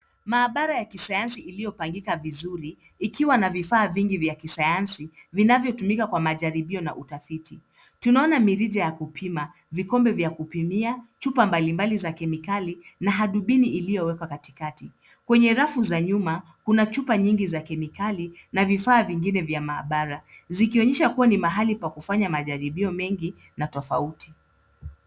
Maabara ya kisayansi iliyopangika vizuri. Ikiwa na vifaa vingi vya kisayansi, vinavyotumika kwa majaribio na utafiti .Tunaona mirija ya kupima, vikombe vya kupimia, chupa mbali mbali za kemikali na hadubini iliyowekwa Katikati. Kwenye rafu za Nyuma kuna chupa nyingi za kemikali ,na vifaa vingine vya maabara. Zikionyesha kuwa ni mahali pa kufanya majaribio mengi na tofauti.